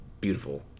beautiful